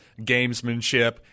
gamesmanship